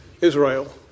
Israel